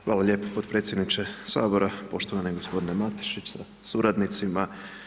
Hvala lijepo potpredsjedniče Sabora, poštovani gospodine Matešić sa suradnicima.